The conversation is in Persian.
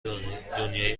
دنیای